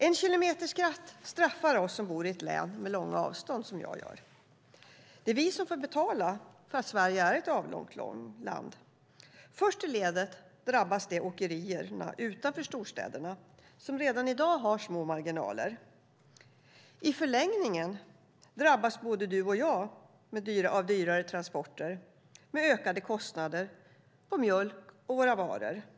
En kilometerskatt straffar dem som bor i ett län med långa avstånd, som jag gör. Det är vi som får betala för att Sverige är ett avlångt land. Först drabbas åkerierna utanför storstäderna, som redan i dag har små marginaler. I förlängningen drabbas både du och jag av dyrare transporter med ökade kostnader för mjölk och våra varor som följd.